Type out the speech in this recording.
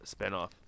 spinoff